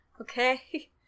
Okay